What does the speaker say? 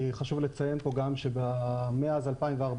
כי חשוב לציין פה גם שמאז 2014,